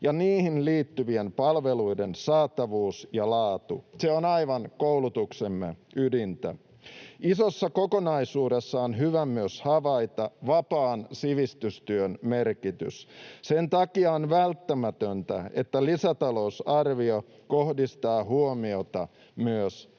ja niihin liittyvien palveluiden saatavuus ja laatu. Se on aivan koulutuksemme ydintä. Isossa kokonaisuudessa on hyvä havaita myös vapaan sivistystyön merkitys. Sen takia on välttämätöntä, että lisätalousarvio kohdistaa huomiota myös